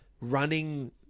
running